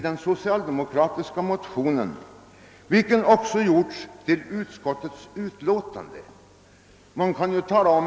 Denna retroaktivitet har sedan införts i utskottsmajoritetens utlåtande — om det nu kan kallas så.